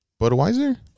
Budweiser